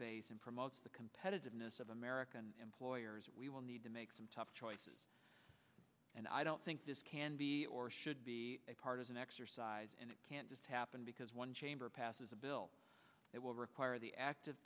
base and promotes the competitiveness of american employers we will need to make some tough choices and i don't think this can be or should be a partisan exercise and it can't just happen because one chamber passes a bill that will require the active